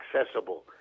accessible